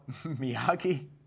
Miyagi